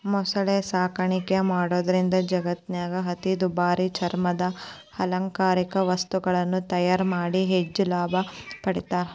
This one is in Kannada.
ಮೊಸಳೆ ಸಾಕಾಣಿಕೆ ಮಾಡೋದ್ರಿಂದ ಜಗತ್ತಿನ್ಯಾಗ ಅತಿ ದುಬಾರಿ ಚರ್ಮದ ಅಲಂಕಾರಿಕ ವಸ್ತುಗಳನ್ನ ತಯಾರ್ ಮಾಡಿ ಹೆಚ್ಚ್ ಲಾಭ ಪಡಿತಾರ